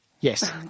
Yes